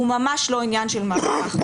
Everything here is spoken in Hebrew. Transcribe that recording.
הוא ממש לא עניין של מה בכך.